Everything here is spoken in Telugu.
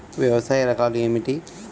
వ్యవసాయ రకాలు ఏమిటి?